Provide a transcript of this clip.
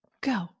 go